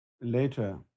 later